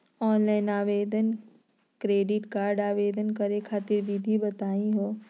Online credit card आवेदन करे खातिर विधि बताही हो?